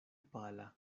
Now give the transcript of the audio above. pala